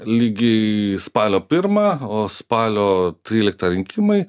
lygiai spalio pirmą o spalio tryliktą rinkimai